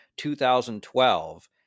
2012